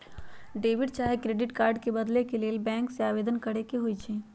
debit चाहे credit card के बदले के लेल बैंक में आवेदन करेके होइ छइ